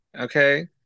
Okay